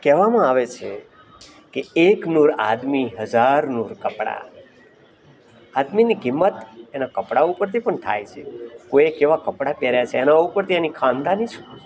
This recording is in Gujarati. કહેવામાં આવે છે કે એક નૂર આદમી હજાર નૂર કપડાં આદમીની કિંમત એના કપડાં ઉપરથી પણ થાય છે કોઈ કેવા કપડાં પહેર્યા છે એના ઉપર તેની ખાનદાની છે